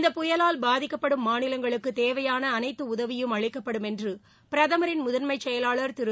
இந்தப் புயலால் பாதிக்கப்படும் மாநிலங்களுக்கு தேவையான அனைத்து உதவியும் அளிக்கப்படும் என்று பிரதமரின் முதன்மைச் செயலாளர் திரு